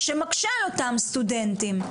שמקשה על אותם סטודנטים.